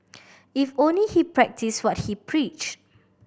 if only he practise what he preach